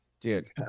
Dude